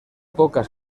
pocas